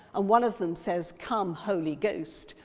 and one of them says, come, holy ghost,